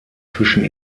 zwischen